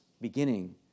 beginning